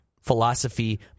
philosophy